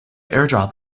airdrop